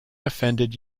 offended